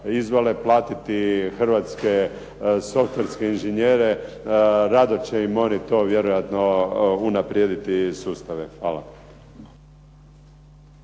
izvole platiti hrvatske softverske inženjere. Rado će im oni to vjerojatno unaprijediti sustave. Hvala.